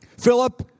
Philip